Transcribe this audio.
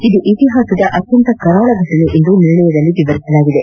ಇದು ಇತಿಹಾಸದ ಅತ್ಯಂತ ಕರಾಳ ಘಟನೆ ಎಂದು ನಿರ್ಣಯದಲ್ಲಿ ವಿವರಿಸಲಾಗಿದೆ